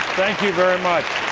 thank you very much.